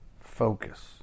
focus